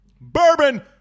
Bourbon